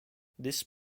this